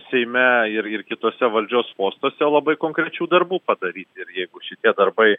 seime ir ir kitose valdžios postuose o labai konkrečių darbų padaryti ir jeigu šitie darbai